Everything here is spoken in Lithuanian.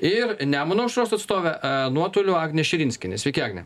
ir nemuno aušros atstovė nuotoliu agnė širinskienė sveiki agne